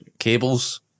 cables